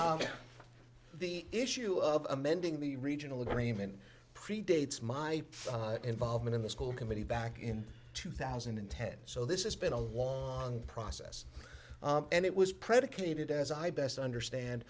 that the issue of amending the regional agreement predates my involvement in the school committee back in two thousand and ten so this has been a long process and it was predicated as i best understand